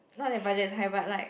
not their budget is high but like